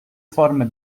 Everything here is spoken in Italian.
forme